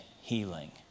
healing